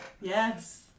Yes